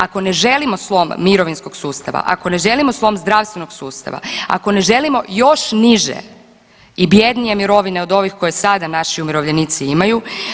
Ako ne želimo slom mirovinskog sustava, ako ne želimo slom zdravstvenog sustava, ako ne želimo još niže i bjednije mirovine od ovih koje sada naši umirovljenici imaju.